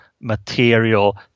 material